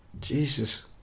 Jesus